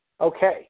Okay